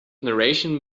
narration